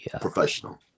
professional